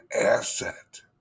asset